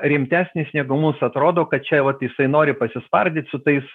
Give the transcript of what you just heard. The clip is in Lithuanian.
rimtesnis negu mums atrodo kad čia vat jisai nori pasispardyt su tais